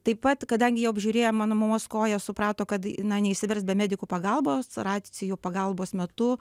taip pat kadangi jie apžiūrėję mano mamos koją suprato kad na neišsivers be medikų pagalbos racijų pagalbos metu